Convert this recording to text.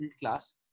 class